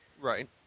Right